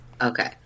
Okay